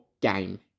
game